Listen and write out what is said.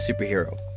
superhero